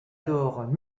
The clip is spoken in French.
alors